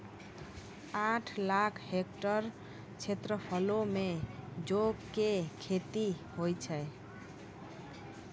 आठ लाख हेक्टेयर क्षेत्रफलो मे जौ के खेती होय छै